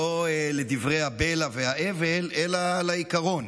לא לדברי הבלע וההבל אלא לעיקרון,